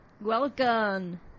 Welcome